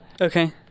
Okay